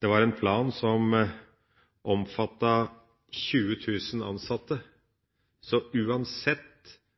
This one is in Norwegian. det var en plan som omfattet 20 000 ansatte, så uansett